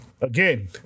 again